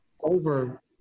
over